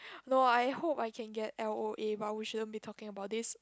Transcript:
no I hope I can get L_O_A but we shouldn't be talking about this